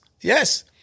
yes